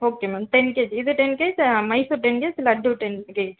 okay ma'am ten KG இது ten KG Mysore ten KG laddu ten gauge